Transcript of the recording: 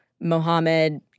Mohammed